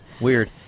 Weird